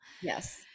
yes